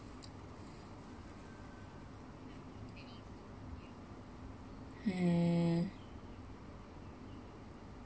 mmhmm